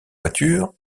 voitures